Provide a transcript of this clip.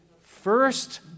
first